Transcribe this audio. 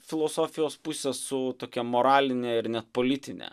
filosofijos puse su tokia moraline ir net politine